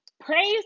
Praise